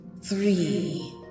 three